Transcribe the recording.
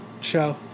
show